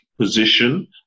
position